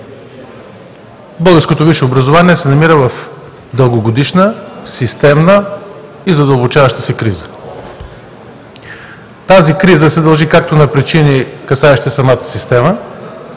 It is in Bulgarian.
Българското висше образование се намира в дългогодишна, системна и задълбочаваща се криза. Тази криза се дължи както на причини, касаещи самата система